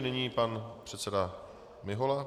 Nyní pan předseda Mihola.